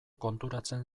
konturatzen